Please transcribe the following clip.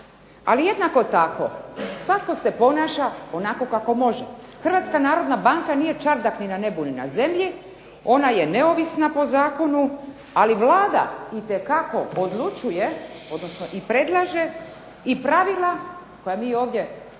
ali jednako tako svatko se ponaša onako kako može. Hrvatska narodna banka nije čardak ni na nebu ni na zemlji, ona je neovisna po zakonu ali Vlada itekako odlučuje odnosno i predlaže i pravila koja mi ovdje u